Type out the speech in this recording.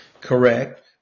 correct